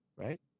Right